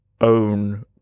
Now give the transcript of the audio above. own